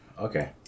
Okay